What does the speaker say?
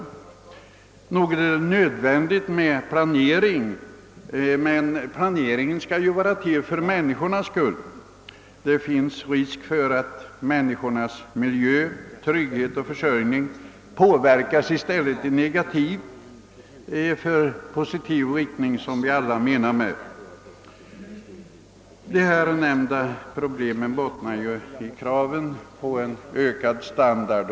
Visst är det nödvändigt med planering, men den skall vara till för människornas skull. Det finns risk för att människornas miljö, trygghet och försörjning påverkas i negativ i stället för — som vi alla önskar — positiv riktning. De nämnda problemen bottnar i kraven på ökad standard.